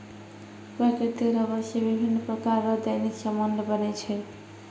प्राकृतिक रबर से बिभिन्य प्रकार रो दैनिक समान बनै छै